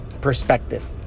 perspective